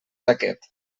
aquest